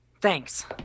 Thanks